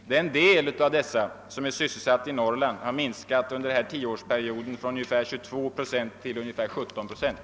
Den del av dessa som är sysselsatt i Norrland har under denna 10-årsperiod minskat från ungefär 22 till cirka 17 procent.